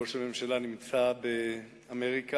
ראש הממשלה נמצא באמריקה.